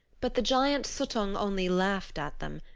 but the giant suttung only laughed at them.